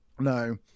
No